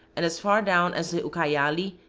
and as far down as the ucayali,